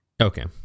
okay